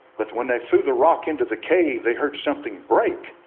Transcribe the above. but when they threw the rock into the cave, they heard something break